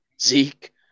Zeke